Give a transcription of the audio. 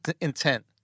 intent